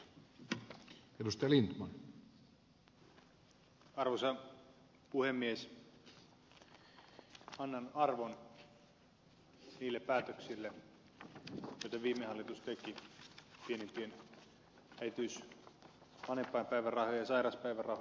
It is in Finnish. annan arvon niille päätöksille mitä viime hallitus teki pienimpien äitiys vanhempainpäivärahojen ja sairauspäivärahojen osalta